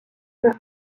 n’ont